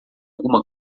alguma